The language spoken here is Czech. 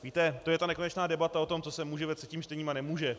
Víte, to je ta nekonečná debata o tom, co se může ve třetím čtení a nemůže.